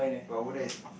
but over there is